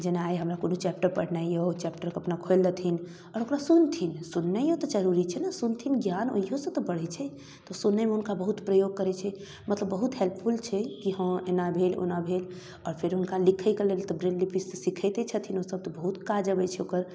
जेना आइ हमरा कोनो चैप्टर पढ़नाइ अइ ओ चैप्टरके अपना खोलि देथिन आओर ओकरा सुनथिन सुननाइओ तऽ जरूरी छै ने सुनथिन ज्ञान ओहिओसँ तऽ बढ़ै छै तऽ सुनैमे हुनका बहुत प्रयोग करै छै मतलब बहुत हेल्पफुल छै कि हँ एना भेल ओना भेल आओर फेर हुनका लिखैके लेल तऽ ब्रेल लिपिसँ तऽ सिखते छथिन बहुत काज अबै छै ओकर